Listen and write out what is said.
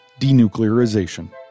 denuclearization